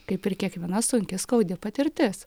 kaip ir kiekviena sunki skaudi patirtis